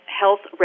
health